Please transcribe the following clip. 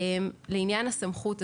לעניין הסמכות,